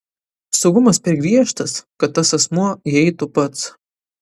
saugumas per griežtas kad tas asmuo įeitų pats